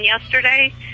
yesterday